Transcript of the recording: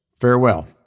Farewell